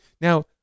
Now